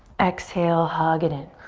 exhale, hug it in.